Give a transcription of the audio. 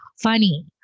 funny